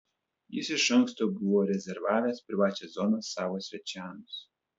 jis iš anksto buvo rezervavęs privačią zoną savo svečiams